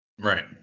Right